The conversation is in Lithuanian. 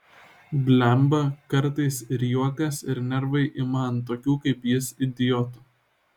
blemba kartais ir juokas ir nervai ima ant tokių kaip jis idiotų